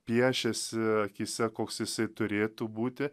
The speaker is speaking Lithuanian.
piešėsi akyse koks jisai turėtų būti